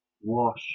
wash